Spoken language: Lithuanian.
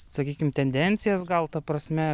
sakykim tendencijas gal ta prasme